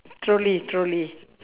trolley trolley